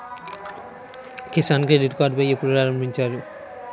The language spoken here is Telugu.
కిసాన్ క్రెడిట్ కార్డ్ ఎప్పుడు ప్రారంభించారు?